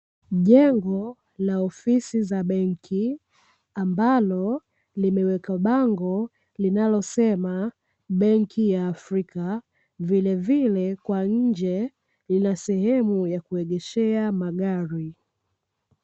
Jengo la ofisi za benki ambalo limewekwa bango linalosema benki ya afrika, vilevile kwa nje linasehemu ya kuegeshea magari